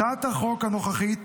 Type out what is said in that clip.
הצעת החוק הנוכחית